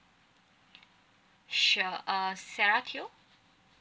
sure err sarah teo